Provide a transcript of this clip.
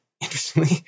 interestingly